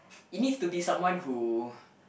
it needs to be someone who